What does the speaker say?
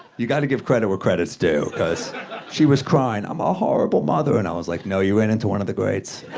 you got to give credit where credit's due, cause she was crying, i'm a horrible, and i was like, no, you ran into one of the greats.